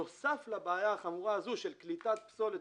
נוסף לבעיה החמורה הזו של קליטת פסולת